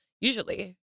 Usually